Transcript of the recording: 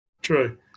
True